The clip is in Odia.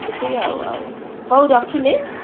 ସେତିକି ଆଉ ଆଉ ହଉ ରଖିଲି